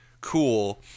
cool